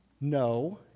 No